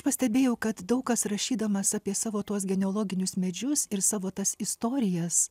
pastebėjau kad daug kas rašydamas apie savo tuos genealoginius medžius ir savo tas istorijas